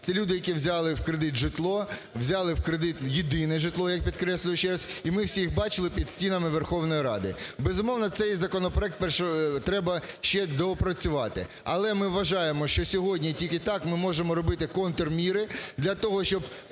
це люди, які взяли в кредит житло, взяли в кредит, єдине житло, я підкреслюю ще раз. І ми всі їх бачили під стінами Верховної Ради . Безумовно цей законопроект треба доопрацювати, але ми вважаємо, що сьогодні тільки так ми можемо робитиконтрміри для того, щоб